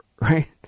right